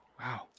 Wow